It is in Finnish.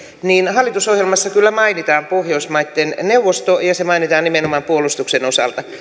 hallitusohjelmassa kyllä mainitaan pohjoismaitten neuvosto ja ja se mainitaan nimenomaan puolustuksen osalta